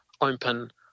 open